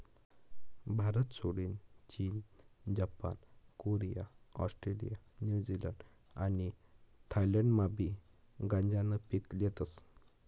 भारतसोडीन चीन, Japan, Korea, Australia, New Zealand आणि थायलंडमाबी गांजानं पीक लेतस